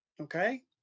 Okay